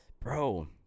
bro